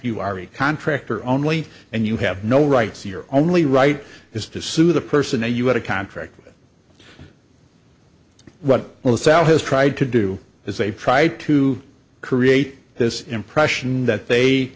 you are a contractor only and you have no rights your only right is to sue the person a you had a contract what well south has tried to do is they try to create this impression that they